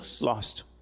Lost